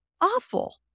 awful